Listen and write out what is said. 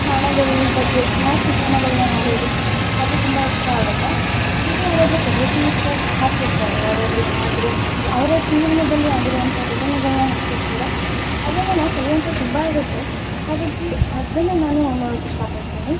ತಾಣಗಳ್ ಬಗ್ಗೆ ಹಾ ಚಿತ್ರಣಗಳನ್ನ ನೊಡೊದು ಅದು ತುಂಬ ಇಷ್ಟ ಆಗುತ್ತೆ ಮತ್ತು ಯಾರಾದರು ಕೊಟೇಶನ್ಸ್ ಹಾಕ್ತಿರ್ತಾರೆ ಯಾರಾದ್ರು ಏನಾದ್ರು ಅವ್ರ ಜೀವನದಲ್ಲಿ ಆಗಿರುವಂಥ ಘಟನೆಗಳ್ನ ಹಾಕ್ತಿರ್ತರೆ ಅದರಿಂದ ನಾವು ಕಲಿಯುವಂಥದ್ ತುಂಬ ಇರುತ್ತೆ ಹಾಗಾಗಿ ಅದನ್ನು ನಾನು ನೊಡೊಕು ಇಷ್ಟ ಪಡ್ತಿನಿ